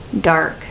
dark